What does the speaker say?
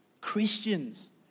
Christians